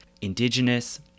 indigenous